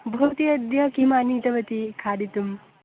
भवती अद्य किम् आनीतवती खादितुं